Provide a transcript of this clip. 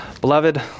Beloved